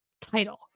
title